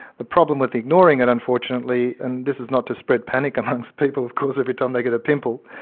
the problem with ignoring it unfortunately, and this is not to spread panic amongst people of course every time they get a pimple,